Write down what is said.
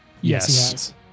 Yes